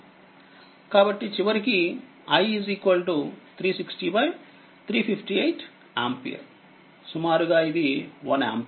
కాబట్టిచివరికి i360358 ampere సుమారుగా ఇది1 ampere